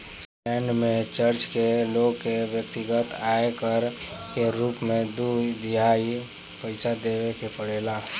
Finland में church के लोग के व्यक्तिगत आय कर के रूप में दू तिहाई पइसा देवे के पड़ेला